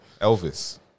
Elvis